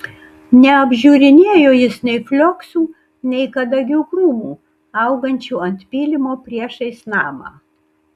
neapžiūrinėjo jis nei flioksų nei kadagių krūmų augančių ant pylimo priešais namą